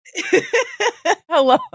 Hello